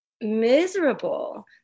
miserable